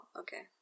okay